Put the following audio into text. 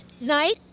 night